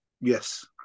Yes